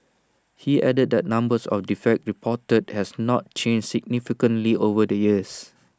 he added that numbers of defects reported has not changed significantly over the years